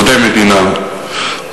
עובדי מדינה,